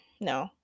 no